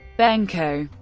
benko,